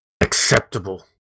acceptable